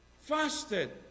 Fasted